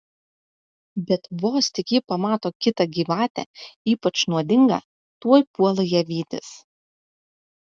bet vos tik ji pamato kitą gyvatę ypač nuodingą tuoj puola ją vytis